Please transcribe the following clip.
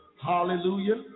hallelujah